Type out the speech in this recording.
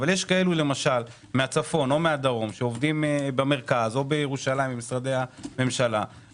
אבל יש כאלה מהצפון או מהדרם שעובדים במרכז או בירושלים במשרדי הממשלה,